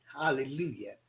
Hallelujah